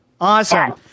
Awesome